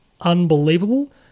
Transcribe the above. unbelievable